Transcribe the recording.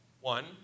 One